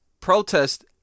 protest